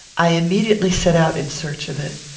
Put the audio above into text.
i immediately set out in search of it.